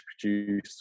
produce